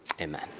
amen